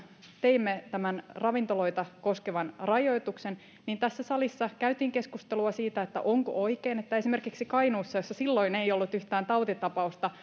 teimme tämän ravintoloita koskevan rajoituksen tässä salissa käytiin keskustelua siitä onko oikein että esimerkiksi kainuussa jossa silloin ei ollut yhtään tautitapausta